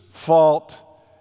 Fault